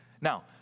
Now